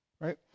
Right